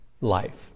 life